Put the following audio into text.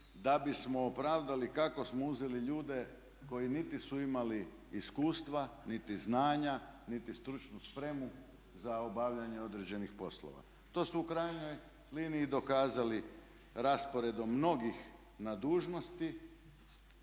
da bismo opravdali kako smo uzeli ljude koji niti su imali iskustva, niti znanja, niti stručnu spremu za obavljanje određenih poslova. To su u krajnjoj liniji i dokazali rasporedom mnogih na dužnosti